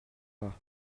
pas